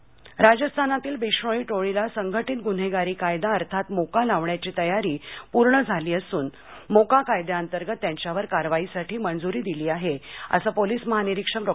कोल्हापूर राजस्थानातील बिष्णोई टोळीला संघटित गुन्हेगारी कायदा अर्थात मोका लावण्याची तयारी पूर्ण झाली असून मोका कायद्या अंतर्गत त्यांच्यावर कारवाईसाठी मंजुरी दिली आहे असं पोलिस महानिरीक्षक डॉ